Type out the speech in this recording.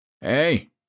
Hey